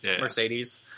Mercedes